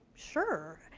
sure,